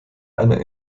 einer